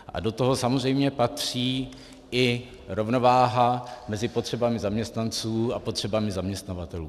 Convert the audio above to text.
A do toho samozřejmě patří i rovnováha mezi potřebami zaměstnanců a potřebami zaměstnavatelů.